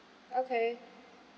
okay